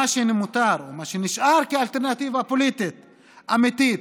שנותר או מה שנשאר כאלטרנטיבה פוליטית אמיתית,